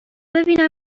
ببینم